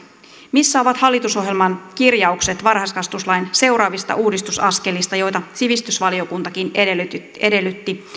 missä ovat hallitusohjelman kirjaukset varhaiskasvatuslain seuraavista uudistusaskelista joita sivistysvaliokuntakin edellytti edellytti